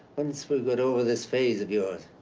once we get over this phase of yours.